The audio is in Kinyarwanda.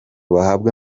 bahabwe